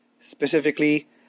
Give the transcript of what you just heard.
specifically